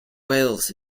whales